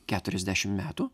keturiasdešimt metų